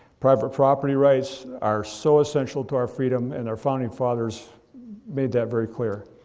private property rights are so essential to our freedom and our founding fathers made that very clear.